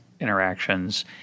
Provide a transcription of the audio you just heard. interactions